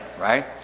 right